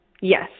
Yes